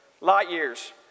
light-years